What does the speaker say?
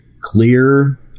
clear